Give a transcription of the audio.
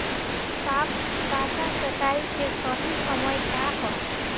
सॉफ्ट डॉ कटाई के सही समय का ह?